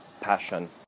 passion